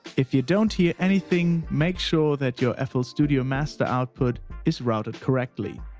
if you don't hear anything, make sure that your fl studio master output is routed correctly.